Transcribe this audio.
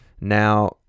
now